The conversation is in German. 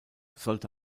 sollte